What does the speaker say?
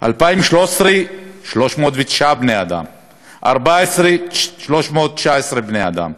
2013 309 בני-אדם, 2014, 319 בני-אדם,